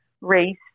race